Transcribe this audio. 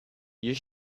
you